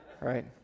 right